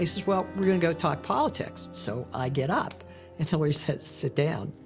he says, well, we're going to go talk politics. so i get up and hillary says, sit down.